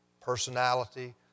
personality